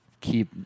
keep